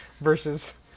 versus